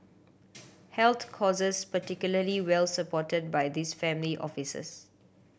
health causes particularly well supported by these family offices